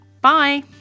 Bye